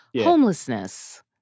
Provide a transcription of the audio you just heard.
homelessness